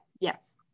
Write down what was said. yes